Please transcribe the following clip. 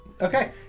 Okay